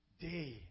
day